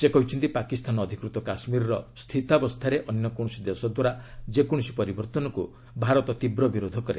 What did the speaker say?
ସେ କହିଛନ୍ତି ପାକିସ୍ତାନ ଅଧିକୃତ କାଶ୍ମୀରର ସ୍ଥିତାବସ୍ତାରେ ଅନ୍ୟ କୌଣସି ଦେଶ ଦ୍ୱାରା ଯେକୌଣସି ପରିବର୍ତ୍ତନକୁ ଭାରତ ତୀବ୍ର ବିରୋଧ କରେ